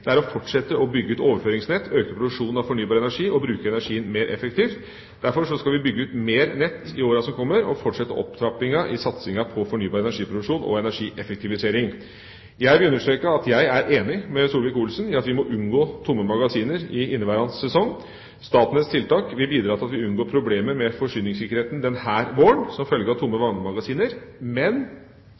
det er å fortsette å bygge ut overføringsnett, øke produksjonen av fornybar energi og bruke energien mer effektivt. Derfor skal vi bygge ut mer nett i årene som kommer og fortsette opptrappinga i satsinga på fornybar energiproduksjon og energieffektivisering. Jeg vil understreke at jeg er enig med Solvik-Olsen i at vi må unngå tomme magasiner i inneværende sesong. Statnetts tiltak vil bidra til at vi unngår problemer med forsyningssikkerheten denne våren, som følge av tomme vannmagasiner. Men